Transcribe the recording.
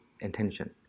intention